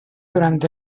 durant